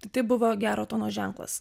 t tai buvo gero tono ženklas